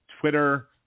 Twitter